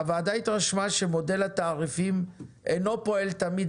הוועדה התרשמה שמודל התעריפים אינו פועל תמיד